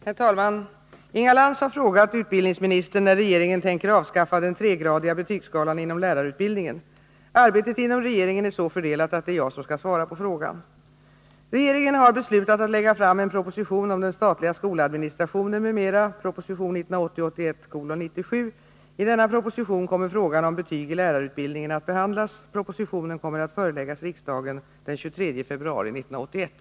Herr talman! Inga Lantz har frågat utbildningsministern när regeringen tänker avskaffa den tregradiga betygsskalan inom lärarutbildningen. Arbetet inom regeringen är så fördelat att det är jag som skall svara på frågan. Regeringen har beslutat att lägga fram en proposition om den statliga skoladministrationen m.m. . I denna proposition kommer frågan om betyg i lärarutbildningen att behandlas. Propositionen kommer att föreläggas riksdagen den 23 februari 1981.